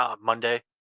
Monday